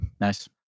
Nice